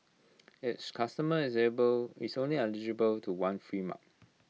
each customer is able is only eligible to one free mug